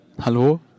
Hallo